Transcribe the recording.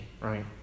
right